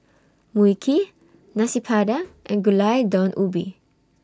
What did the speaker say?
Mui Kee Nasi Padang and Gulai Daun Ubi